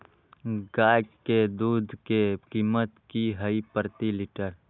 गाय के दूध के कीमत की हई प्रति लिटर?